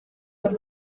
muri